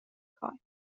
کار